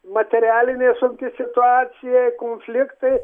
materialinė sunki situacija konfliktai